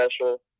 special